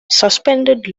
suspended